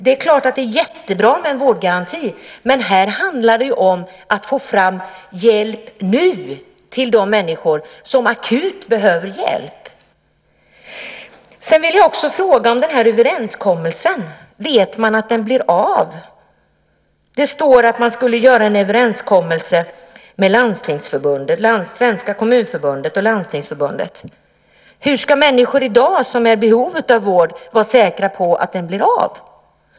Det är klart att det är jättebra med en vårdgaranti, men här handlar det om att kunna erbjuda hjälp nu till de människor som är i behov av akuta insatser. När det gäller denna överenskommelse, vet man att den blir av? Det står att man ska träffa en överenskommelse med Landstingsförbundet och Svenska Kommunförbundet. Hur ska människor som är i behov av vård i dag kunna vara säkra på att det blir av?